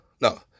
no